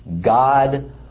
God